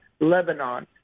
Lebanon